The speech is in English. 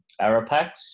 Arapax